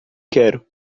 quero